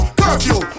curfew